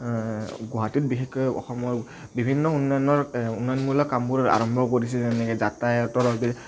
গুৱাহাটীত বিশেষকৈ অসমৰ বিভিন্ন উন্নয়নৰ উন্নয়নমূলক কামবোৰ আৰম্ভ কৰিছে যেনেকে যাতায়তৰ বাবে